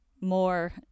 more